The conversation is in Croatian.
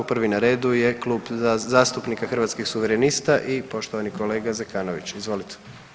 Prvi na redu je Klub zastupnika Hrvatskih suverenista i poštovani kolega Zekanović, izvolite.